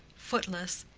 footless,